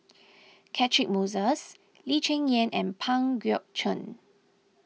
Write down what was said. Catchick Moses Lee Cheng Yan and Pang Guek Cheng